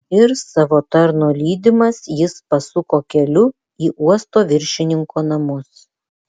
ir savo tarno lydimas jis pasuko keliu į uosto viršininko namus